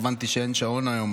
הבנתי שאין שעון היום,